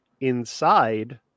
inside